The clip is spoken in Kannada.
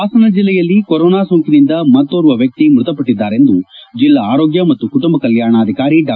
ಹಾಸನ ಜಿಲ್ಲೆಯಲ್ಲಿ ಕೊರೊನಾ ಸೋಂಕಿನಿಂದ ಮತ್ತೊಬ್ಲ ವಕ್ಷಿ ಮೃತಪಟ್ಲಿದ್ದಾರೆಂದು ಜಿಲ್ಲಾ ಆರೋಗ್ಯ ಮತ್ತು ಕುಟುಂಬ ಕಲ್ಲಾಣಾಧಿಕಾರಿ ಡಾ